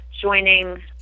joining